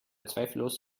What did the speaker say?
zweifellos